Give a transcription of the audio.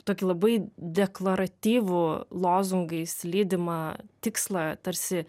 tokį labai deklaratyvų lozungais lydimą tikslą tarsi